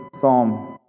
Psalm